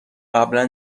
قبلا